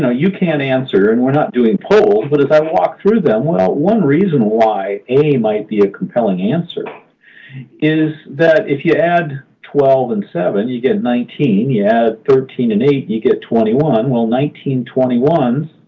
ah you can't answer and we're not doing polls. but as i walk through them, well, one reason why a might be a compelling answer is that if you add twelve and seven, you get nineteen. if you yeah add thirteen and eight, you get twenty one. well, nineteen twenty one